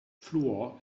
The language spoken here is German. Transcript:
fluor